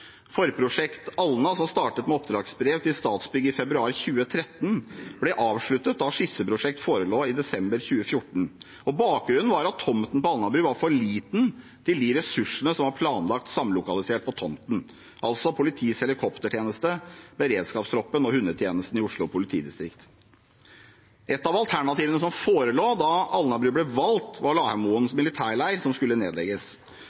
Forprosjekt Alna, som startet med oppdragsbrev til Statsbygg i februar 2013, ble avsluttet da skisseprosjektet forelå i desember 2014. Bakgrunnen var at tomten på Alnabru var for liten til de ressursene som var planlagt samlokalisert der, altså politiets helikoptertjeneste, beredskapstroppen og hundetjenesten i Oslo politidistrikt. Et av alternativene som forelå da Alnabru ble valgt, var Lahaugmoen militærleir, som skulle nedlegges.